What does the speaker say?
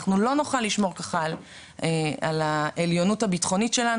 אנחנו לא נוכל לשמור ככה על העליונות הביטחונית שלנו,